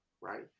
right